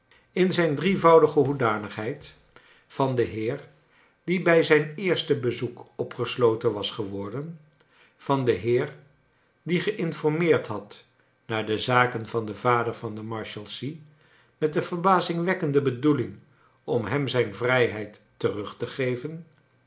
in zijn drievoudige hoedanigheid van den heer die bij zijn eerste bssoek opgesloten was geworden van clen heer die gemformeerd had naar de zaken van den vader van de marshalsea met de verbazingwekken de bedoeling om hem zijn vrijheid terug te geven